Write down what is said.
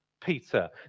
Peter